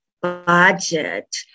budget